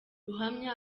ruhamya